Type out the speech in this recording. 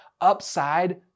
upside